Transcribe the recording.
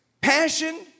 Passion